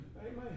Amen